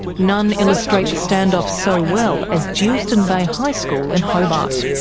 none illustrate the standoff so well as geilston bay high school, in hobart.